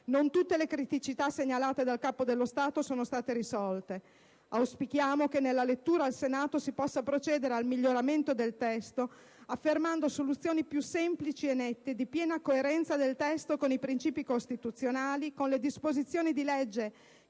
Non tutte le criticità segnalate dal Capo dello Stato sono state risolte: auspichiamo che nella lettura al Senato si possa procedere al miglioramento del testo affermando soluzioni più semplici e nette, di piena coerenza del testo con i princìpi costituzionali e con le disposizioni di legge